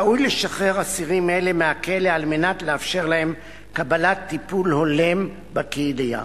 ראוי לשחרר אסירים אלה מהכלא על מנת לאפשר להם קבלת טיפול הולם בקהילה.